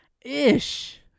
Ish